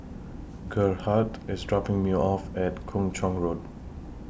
Gerhardt IS dropping Me off At Kung Chong Road